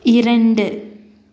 இரண்டு